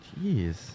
Jeez